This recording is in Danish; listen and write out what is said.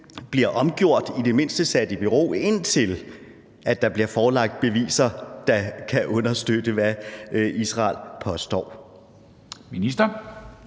bliver omgjort eller i det mindste sat i bero, indtil der bliver forelagt beviser, der kan understøtte, hvad Israel påstår?